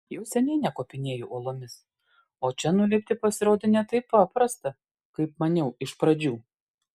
jau seniai nekopinėju uolomis o čia nulipti pasirodė ne taip paprasta kaip maniau iš pradžių